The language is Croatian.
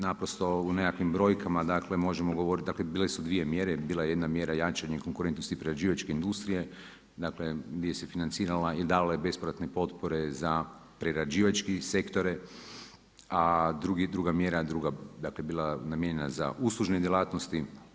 Naprosto u nekakvim brojkama možemo govoriti dakle bile su dvije mjere, bila je jedna mjera jačanje konkurentnosti i prerađivačke industrije gdje se financirala i davala je bespovratne potpore za prerađivačke sektore, a druga mjera je bila namijenjena za uslužne djelatnosti.